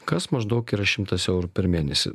kas maždaug yra šimtas eurų per mėnesį